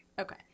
Okay